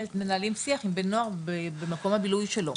מנהלים שיח עם בן נוער במקום הבילוי שלו,